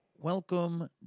welcome